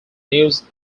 news